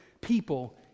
people